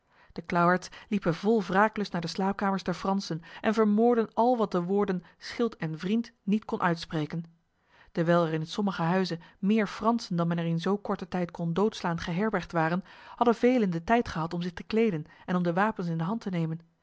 de klauwaards liepen vol wraaklust naar de slaapkamers der fransen en vermoordden al wat de woorden schild en vriend niet kon uitspreken dewijl er in sommige huizen meer fransen dan men er in zo korte tijd kon doodslaan geherbergd waren hadden velen de tijd gehad om zich te kleden en om de wapens in de hand te nemen